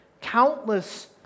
Countless